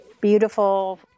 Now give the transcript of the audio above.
beautiful